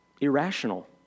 irrational